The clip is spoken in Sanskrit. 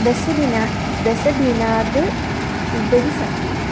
दशदिनं दशदिनात् उपरि सन्ति